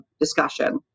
discussion